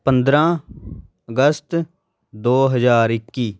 ਪੰਦਰਾਂ ਅਗਸਤ ਦੋ ਹਜ਼ਾਰ ਇੱਕੀ